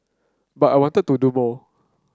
but I wanted to do more